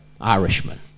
Irishman